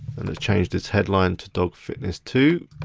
and let's change this headline to dog fitness, too.